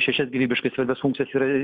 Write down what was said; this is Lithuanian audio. šešias gyvybiškai svarbias funkcijas yra